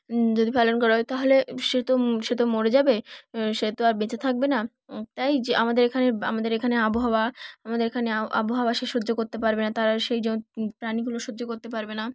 যদি পালন করা হয় তাহলে সে তো সে তো মরে যাবে সে তো আর বেঁচে থাকবে না তাই যে আমাদের এখানে আমাদের এখানে আবহাওয়া আমাদের এখানে আবহাওয়া সে সহ্য করতে পারবে না তারা সেই যে প্রাণীগুলো সহ্য করতে পারবে না